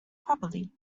properly